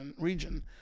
region